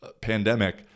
pandemic